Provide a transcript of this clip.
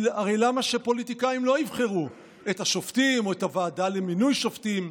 הרי למה שפוליטיקאים לא יבחרו את השופטים או את הוועדה למינוי שופטים?